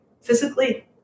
physically